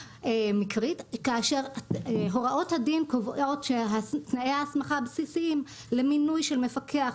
כאשר הוראות הדין קובעות שתנאי ההסמכה הבסיסיים למינוי של מפקח